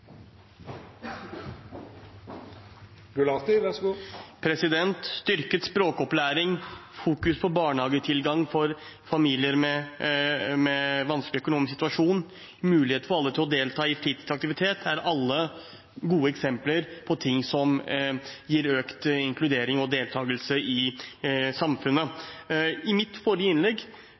Styrket språkopplæring, fokus på barnehagetilgang for familier i en vanskelig økonomisk situasjon og mulighet for alle til å delta i fritidsaktivitet er gode eksempler på ting som gir økt inkludering og deltakelse i samfunnet. I mitt forrige innlegg